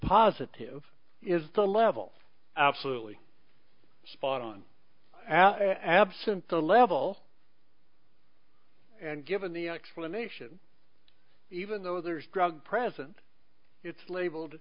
positive is the level absolutely spot on absent the level and given the explanation even though there's drug present it's labeled